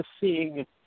seeing